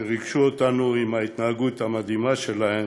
שריגשו אותנו בהתנהגות המדהימה שלהם,